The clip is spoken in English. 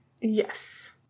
Yes